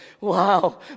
wow